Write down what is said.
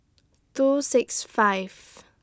two six five